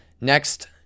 Next